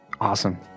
Awesome